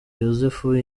yozefu